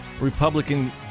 Republican